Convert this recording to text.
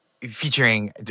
Featuring